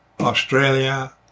Australia